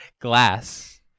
glass